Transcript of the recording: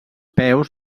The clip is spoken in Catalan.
peus